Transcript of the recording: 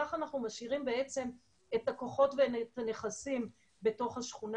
ככה אנחנו משאירים את הכוחות ואת הנכסים בתוך השכונה.